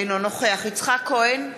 אינו נוכח יצחק כהן,